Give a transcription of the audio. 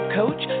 coach